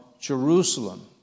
Jerusalem